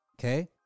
Okay